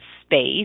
space